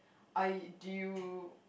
I do you